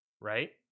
right